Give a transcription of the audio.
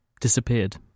disappeared